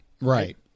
right